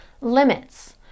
limits